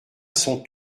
son